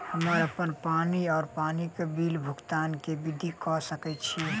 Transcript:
हम्मर अप्पन पानि वा पानि बिलक भुगतान केँ विधि कऽ सकय छी?